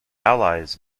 allies